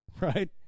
right